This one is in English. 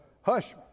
Hush